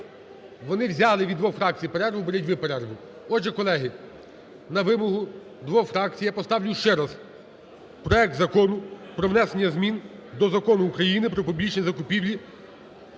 Вони взяли від двох фракцій перерву, беріть і ви перерву. Отже, колеги, на вимогу двох фракцій я поставлю ще раз проект Закону про внесення змін до Закону України "Про публічні закупівлі"